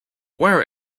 wear